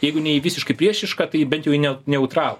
jeigu ne į visiškai priešišką tai bent jau į neu neutralų